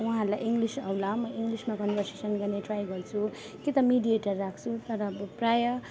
उहाँहरूलाई इङ्गलिस आउँला म इङ्गलिसमा कन्भर्सेसन गर्ने ट्राइ गर्छु कि त मिडिएटर राख्छु तर अब प्राय